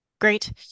Great